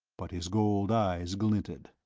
but his gold eyes glinted.